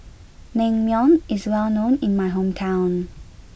Naengmyeon is well known in my hometown